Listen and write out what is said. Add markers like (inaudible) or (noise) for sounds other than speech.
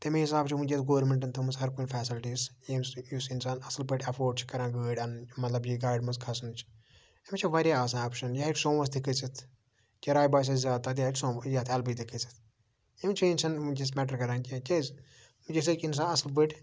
تَمے حِساب چھِ وٕنۍکٮ۪س گورمٮ۪نٛٹَن تھٲومٕژ ہَر کُنہِ فٮ۪سَلٹیٖز (unintelligible) یُس اِنسان اَصٕل پٲٹھۍ اٮ۪فوڈ چھِ کَران گٲڑۍ اَنٕنۍ مَطلَب یہِ گاڑِ منٛز کھَسنٕچ أمِس چھےٚ واریاہ آز آپشَن یہِ ہٮ۪کہِ سوموَس تہِ کھٔسِتھ کِراے باسٮ۪س زیادٕ (unintelligible) سومو یَتھ اٮ۪ل پی تہِ کھٔسِتھ یِم چینٛج چھَنہٕ وٕںۍکٮ۪س مٮ۪ٹَر کَران کیٚنٛہہ کیٛازِ وٕنۍکٮ۪س ہٮ۪کہِ اِنسان اَصٕل پٲٹھۍ